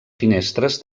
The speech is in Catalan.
finestres